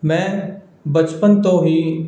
ਮੈਂ ਬਚਪਨ ਤੋਂ ਹੀ